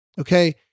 okay